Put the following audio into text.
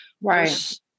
right